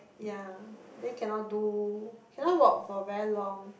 ya then cannot do cannot walk for very long